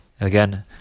Again